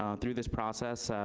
um through this process,